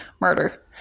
murder